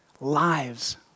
lives